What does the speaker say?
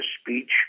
speech